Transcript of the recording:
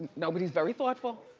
no, but he's very thoughtful.